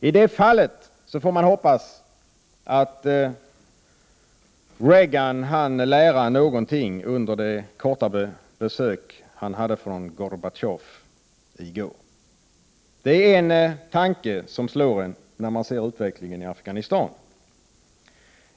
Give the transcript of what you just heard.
I det fallet får man hoppas att Reagan hann lära någonting under det korta besöket av Gorbatjov i går. Det är en tanke som slår en när man ser utvecklingen i Afghanistan.